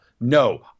No